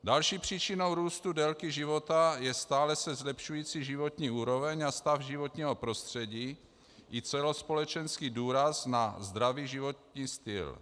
Další příčinou růstu délky života je stále se zlepšující životní úroveň a stav životního prostředí i celospolečenský důraz na zdravý životní styl.